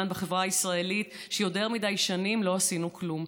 בחברה הישראלית שיותר מדי שנים לא עשינו כלום.